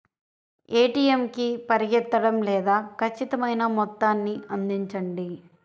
ATM కి పరిగెత్తడం లేదా ఖచ్చితమైన మొత్తాన్ని అందించడం